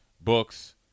Books